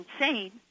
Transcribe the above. insane